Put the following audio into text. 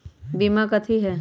बीमा कथी है?